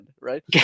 right